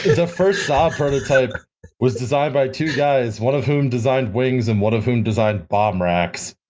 the first saab prototype was designed by two guys, one of whom designed wings and one of whom designed bomb racks.